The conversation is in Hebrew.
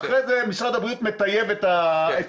ואחרי זה משרד הבריאות מטייב את הנתון.